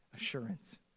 assurance